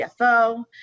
CFO